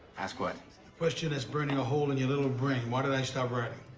ask what? the question that's burning a hole in your little brain. why did i stop writing?